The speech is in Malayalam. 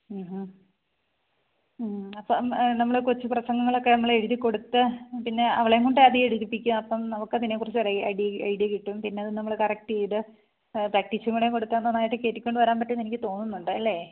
ഹ് അപ്പം നമ്മൾ കൊച്ച് പ്രസംഗങ്ങളൊക്കെ നമ്മൾ എഴുതി കൊടുത്ത് പിന്നെ അവളെയും കൊണ്ട് ആദ്യം എഴുതിപ്പിക്കാം അപ്പം അവൾക്ക് അതിനെ കുറിച്ചൊരു ഐടി ഐഡിയ കിട്ടും പിന്നത് നമ്മൾ കറക്റ്റ് ചെയ്ത് പ്രാക്ടീസും കൂടെ കൊടുത്താല് നന്നായിട്ട് കയറ്റിക്കൊണ്ട് വരാന് പറ്റുമെന്ന് എനിക്ക് തോന്നുന്നുണ്ട് അല്ലെ